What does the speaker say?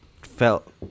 felt